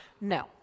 no